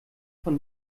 von